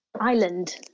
island